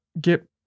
get